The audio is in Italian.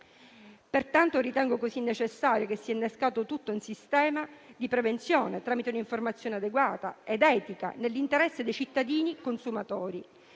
Pertanto ritengo necessario che sia innescato tutto un sistema di prevenzione, tramite un'informazione adeguata ed etica, nell'interesse dei cittadini consumatori,